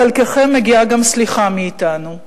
לחלקכם מגיעה גם סליחה מאתנו,